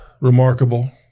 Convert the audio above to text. remarkable